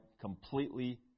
completely